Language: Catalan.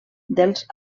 dels